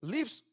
Leaves